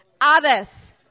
Others